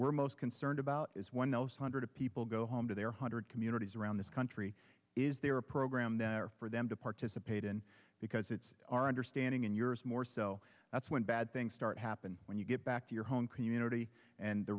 we're most concerned about is one hundred people go home to their hundred communities around this country is there a program there for them to participate in because it's our understanding and yours more so that's when bad things start happen when you get back to your home community and the